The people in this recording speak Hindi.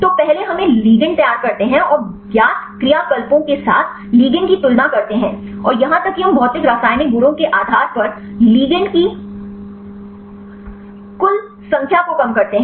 तो पहले हम लिगैंड तैयार करते हैं और ज्ञात क्रियाकलापों के साथ लिगैंड की तुलना करते हैं और यहां तक कि हम भौतिक रासायनिक गुणों के आधार पर लिगैंड की कुल संख्या को कम करते हैं